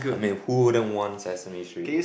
I mean who wouldn't want Sesame Street